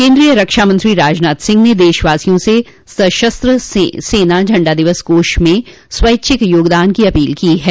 केन्द्रीय रक्षामंत्री राजनाथ सिंह ने देशवासियों से सशस्त्र सेना झंडा दिवस कोष में स्वैच्छिक योगदान की अपील की है